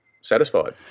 satisfied